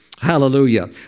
Hallelujah